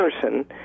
person